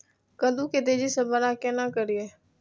कद्दू के तेजी से बड़ा केना करिए?